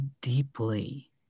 deeply